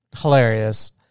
hilarious